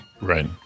Right